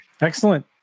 Excellent